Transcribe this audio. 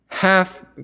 Half